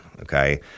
okay